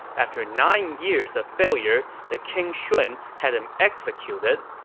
after nine years of failure, the king shun had him executed.